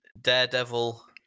Daredevil